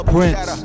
Prince